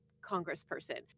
congressperson